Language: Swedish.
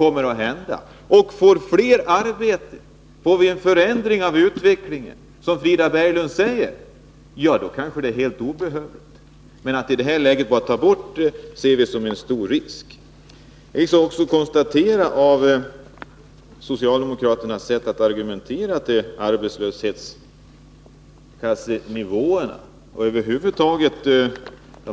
Om vi får fler arbeten och en förändring av utvecklingen, som Frida Berglund säger, då är allt detta helt obehövligt, men att i dagens läge ta bort detta ser vi som en stor risk. Jag kan konstatera att socialdemokraternas argument om arbetslöshetskassenivå och dessa